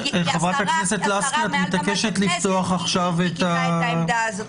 השרה מעל במת הכנסת קיבלה את העמדה הזאת,